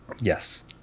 Yes